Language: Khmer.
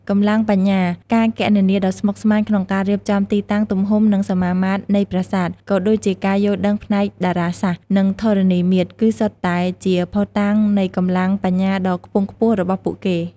កម្លាំងបញ្ញា ការគណនាដ៏ស្មុគស្មាញក្នុងការរៀបចំទីតាំង ទំហំ និងសមាមាត្រនៃប្រាសាទ ក៏ដូចជាការយល់ដឹងផ្នែកតារាសាស្ត្រ និងធរណីមាត្រ គឺសុទ្ធតែជាភស្តុតាងនៃកម្លាំងបញ្ញាដ៏ខ្ពង់ខ្ពស់របស់ពួកគេ។